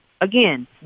again